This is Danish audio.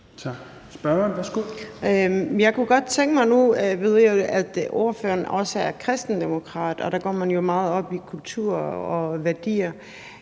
Nu ved jeg, at ordføreren også er kristendemokrat, og der går man jo meget op i kultur og værdier,